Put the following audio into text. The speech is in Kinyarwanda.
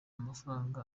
amafaranga